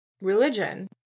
religion